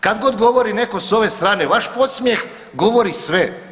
Kad god govori netko s ove strane vaš podsmjeh govori sve.